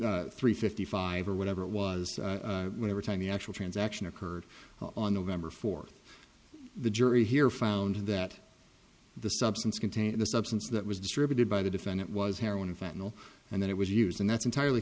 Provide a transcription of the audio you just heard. at three fifty five or whatever it was when every time the actual transaction occurred on november fourth the jury here found that the substance containing the substance that was distributed by the defendant was heroin final and that it was used and that's entirely